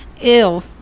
ew